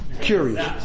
Curious